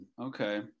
Okay